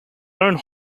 own